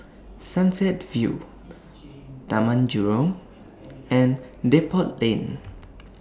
Sunset View Taman Jurong and Depot Lane